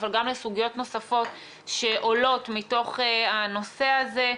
אבל גם לסוגיות נוספות שעולות מתוך הנושא הזה.